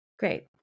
Great